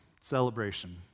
celebration